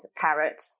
carrot